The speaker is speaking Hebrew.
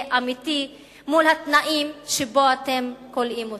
אמיתי מול התנאים שבהם אתם כולאים אותו.